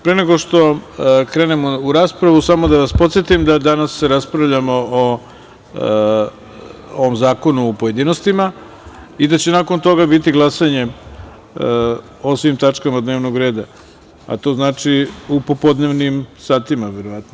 Pre nego što krenemo u raspravu, samo da vas podsetim danas raspravljamo o ovom zakonu u pojedinostima i da će nakon toga biti glasanje o svim tačkama dnevnog reda, a to znači u popodnevnim satima, verovatno.